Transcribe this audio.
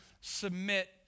submit